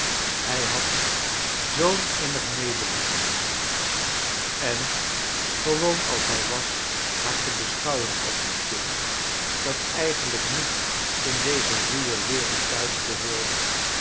hij had zoo'n innig medelijden met haar en gewoon als hij was haar te beschouwen als een kind dat eigenlijk niet in deze ruwe wereld